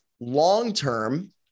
long-term